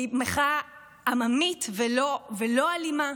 היא מחאה עממית ולא אלימה,